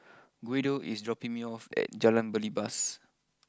Guido is dropping me off at Jalan Belibas